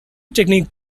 technique